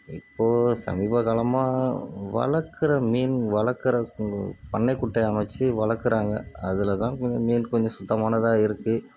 இப்போது சமீப காலமாக வளர்க்குற மீன் வளர்க்குற பண்ணை குட்டையை அமைச்சு வளர்க்குறாங்க அதில் தான் கொஞ்சம் மீன் கொஞ்சம் சுத்தமானதாக இருக்குது